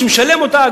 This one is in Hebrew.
שמשלם אותה,